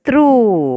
True